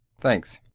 thanks.